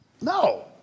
No